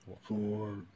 four